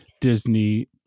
Disney+